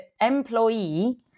employee